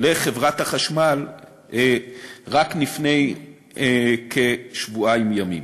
לחברת החשמל רק לפני כשבועיים ימים.